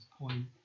point